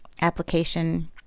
application